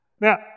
Now